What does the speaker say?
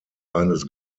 eines